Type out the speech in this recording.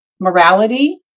morality